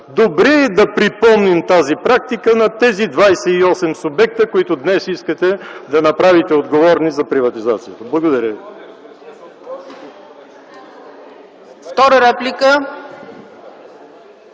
Добре е да припомним тази практика на тези 28 субекта, които днес искате да направите отговорни за приватизацията. Благодаря ви.